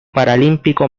paralímpico